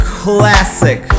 classic